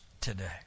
today